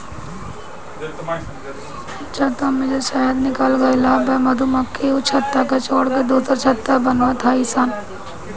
छत्ता में से शहद निकल गइला पअ मधुमक्खी उ छत्ता के छोड़ के दुसर छत्ता बनवत हई सन